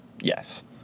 Yes